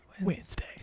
Wednesday